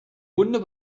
wunde